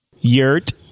Yurt